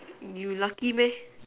you lucky meh